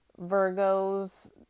Virgos